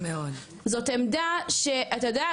זאת עמדה שאתה יודע,